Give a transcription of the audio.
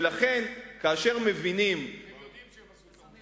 ולכן כאשר מבינים, הם יודעים שהם עשו טעות.